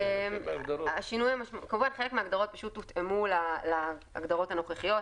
כמובן חלק מההגדרות הותאמו להגדרות הנוכחיות,